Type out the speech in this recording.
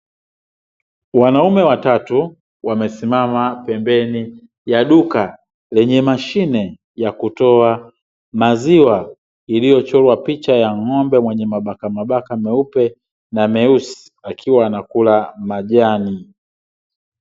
Wanaume watatu wamesimama pembeni ya duka lenye mashine ya kutoa maziwa, iliyochorwa picha ya ng'ombe mwenye mabakamabaka meupe na meusi, akiwa anakula majani.